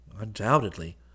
Undoubtedly